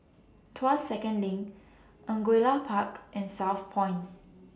Tuas Second LINK Angullia Park and Southpoint